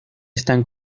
están